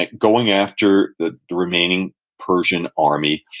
like going after the the remaining persian army,